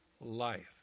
life